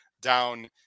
down